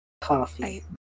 coffee